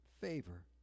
favor